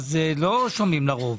לא שומעים לרוב.